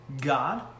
God